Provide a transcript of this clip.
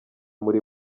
muri